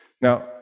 Now